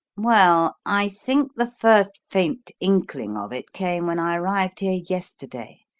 well, i think the first faint inkling of it came when i arrived here yesterday,